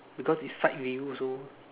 because it's side view so